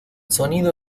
sonido